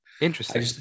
Interesting